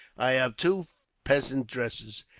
i have two peasants' dresses,